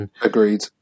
Agreed